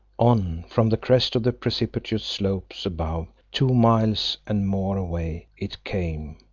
on from the crest of the precipitous slopes above, two miles and more away, it came,